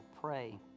pray